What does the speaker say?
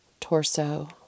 torso